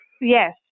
yes